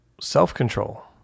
self-control